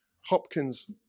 Hopkins